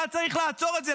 היה צריך לעצור את זה,